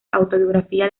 autobiografía